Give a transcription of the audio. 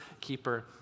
keeper